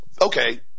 okay